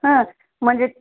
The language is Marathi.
ह म्हणजे